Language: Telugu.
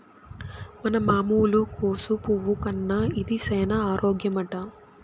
మన మామూలు కోసు పువ్వు కన్నా ఇది సేన ఆరోగ్యమట